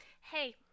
hey